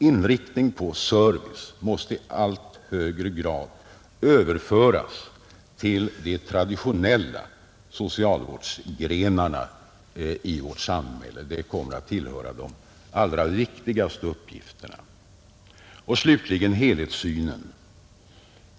Inriktningen på service måste i allt högre grad överföras till de traditionella socialvårdsgrenarna i vårt samhälle — det kommer att tillhöra de allra viktigaste uppgifterna. Och slutligen helhetssynen!